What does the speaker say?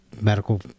medical